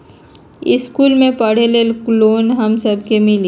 इश्कुल मे पढे ले लोन हम सब के मिली?